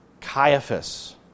Caiaphas